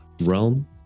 realm